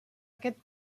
aquest